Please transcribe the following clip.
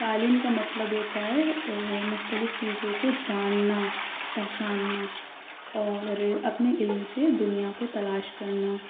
تعلیم کا مطلب ہوتا ہے مختلف چیزوں کو جاننا پہچاننا اور اپنے علم سے دنیا کو تلاش کرنا